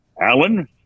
Alan